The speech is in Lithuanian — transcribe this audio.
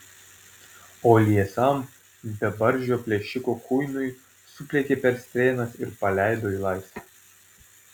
o liesam bebarzdžio plėšiko kuinui supliekė per strėnas ir paleido į laisvę